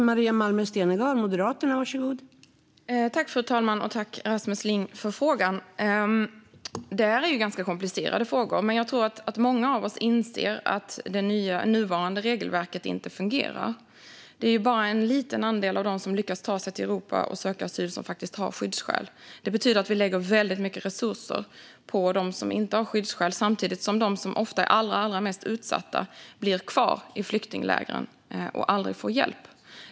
Fru talman! Tack för frågan, Rasmus Ling! Detta är ganska komplicerade frågor, men jag tror att många av oss inser att det nuvarande regelverket inte fungerar. Det är bara en liten andel av dem som lyckas ta sig till Europa och söka asyl som faktiskt har skyddsskäl, och det betyder att vi lägger väldigt mycket resurser på dem som inte har skyddsskäl samtidigt som de som ofta är allra mest utsatta blir kvar i flyktinglägren och aldrig får hjälp.